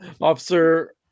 Officer